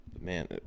man